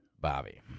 Bobby